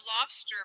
lobster